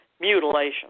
mutilation